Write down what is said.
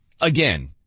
Again